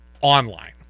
online